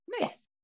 nice